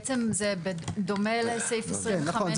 בעצם זה דומה לסעיף 25 --- כן, נכון.